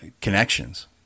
connections